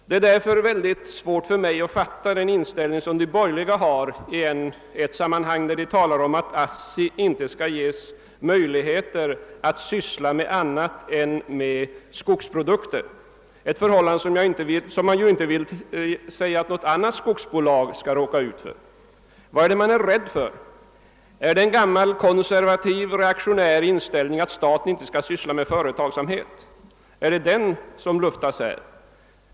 Det är mot denna bakgrund svårt för mig att förstå de borgerligas inställning när de säger att ASSI inte skall ges möjligheter att syssla med annat än skogsprodukter — något som jag inte vill att andra skogsbolag skall råka ut för. Vad är det man är rädd för? Är det en gammal konservativ, reaktionär inställning att staten inte skall syssla med företagsamhet som luftas här?